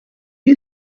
you